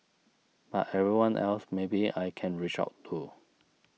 but everyone else maybe I can reach out to